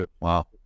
wow